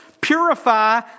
purify